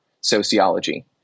sociology